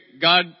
God